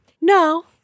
No